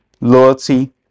loyalty